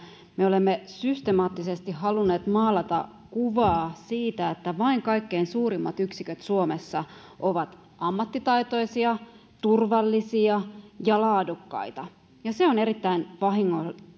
me olemme systemaattisesti halunneet maalata kuvaa siitä että vain kaikkein suurimmat yksiköt suomessa ovat ammattitaitoisia turvallisia ja laadukkaita ja se on erittäin